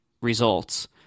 results